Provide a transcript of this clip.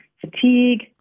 fatigue